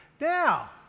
Now